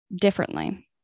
differently